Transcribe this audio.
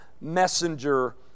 messenger